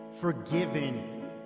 forgiven